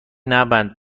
نبند